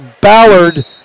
Ballard